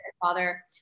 father